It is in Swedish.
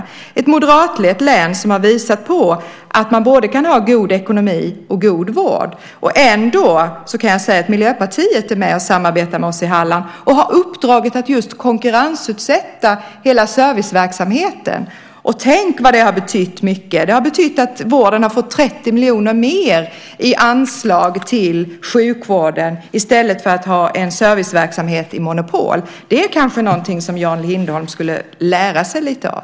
Det är ett moderatlett län som har visat att man kan ha både god ekonomi och god vård. Jag kan dessutom tala om att Miljöpartiet är med och samarbetar med oss i Halland och har uppdraget att konkurrensutsätta hela serviceverksamheten. Tänk vad mycket det har betytt! Det har betytt att man har fått 30 miljoner mer i anslag till sjukvården än vad man skulle få om man hade en serviceverksamhet med monopol. Det är kanske något som Jan Lindholm kan lära sig lite av.